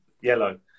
yellow